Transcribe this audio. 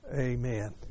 Amen